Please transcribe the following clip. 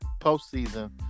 postseason